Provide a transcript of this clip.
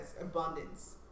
abundance